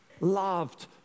Loved